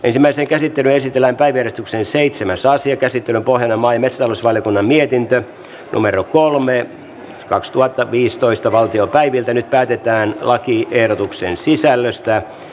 ensimmäiseen käsittelyyn esitellään päiväjärjestyksen seitsemänssä asia käsitellä vuohenomainen solisvaliokunnan mietintö numero kolme kaksituhattaviisitoista valtiopäiviltä nyt päätetään lakiehdotuksen sisällöstä